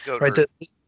right